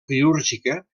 quirúrgica